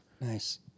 Nice